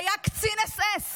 שהיה קצין אס.אס